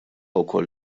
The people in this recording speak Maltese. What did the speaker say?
wkoll